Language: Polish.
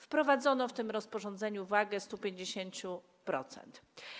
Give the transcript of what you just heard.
Wprowadzono w tym rozporządzeniu wagę 150%.